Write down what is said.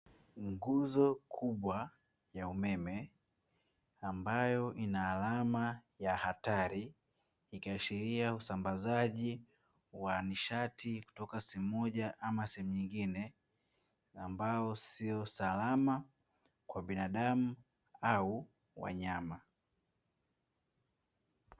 Nguzo kubwa ya umeme ambayo ina alama ya hatari ikiashiria usambazaji wa nishati kutoka sehemu moja ama sehemu nyingine, ambayo sio salama kwa binadamu au wanyama.